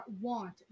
want